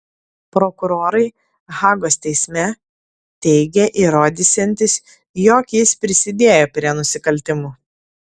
prokurorai hagos teisme teigė įrodysiantys jog jis prisidėjo prie nusikaltimų